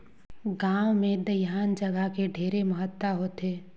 गांव मे दइहान जघा के ढेरे महत्ता होथे